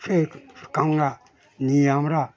সেই কাঁকড়া নিয়ে আমরা